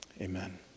amen